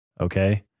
Okay